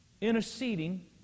interceding